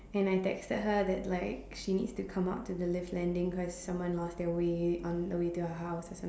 and I texted her that like she needs to come out to the lift landing cause someone lost their way on the way to her house or